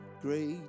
Great